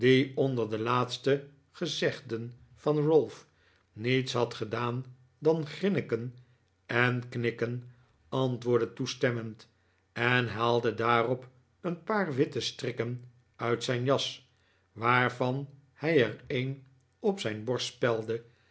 onder de laatste gezegden van ralph niets had gedaan dan grinniken en knikken antwoordde toestemmend en haalde daarop een paar witte strikken uit zijn zak waarvan hij er een op zijn borst spelde